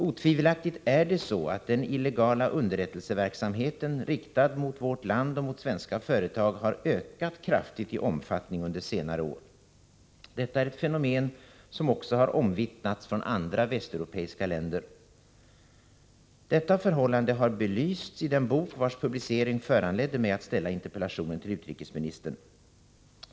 Otvivelaktigt har den illegala underrättelseverksamheten riktad mot vårt land och mot svenska företag ökat kraftigt i omfattning under senare år. Detta är ett fenomen som också omvittnats från andra västeuropeiska länder. Detta förhållande har belysts i den bok vars publicering föranledde mig att ställa interpellationen till utrikesministern.